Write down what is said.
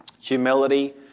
Humility